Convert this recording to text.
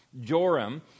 Joram